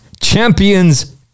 champions